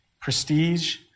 prestige